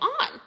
on